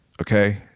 Okay